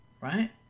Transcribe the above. Right